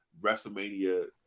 WrestleMania